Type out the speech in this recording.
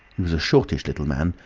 he was a shortish little man,